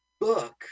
book